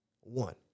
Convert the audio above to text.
One